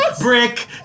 Brick